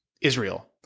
Israel